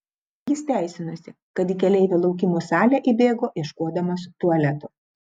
jis teisinosi kad į keleivių laukimo salę įbėgo ieškodamas tualeto